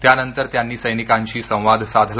त्यानंतर त्यांनी सैनिकांशी संवाद साधला